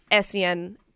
SEN